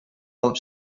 алып